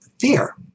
fear